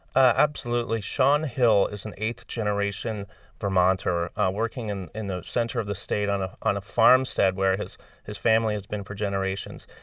ah shaun hill is an eighth-generation vermonter working in in the center of the state on ah on a farmstead where his his family has been for generations.